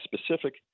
specific